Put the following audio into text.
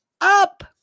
up